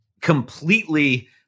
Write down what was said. completely